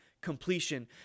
completion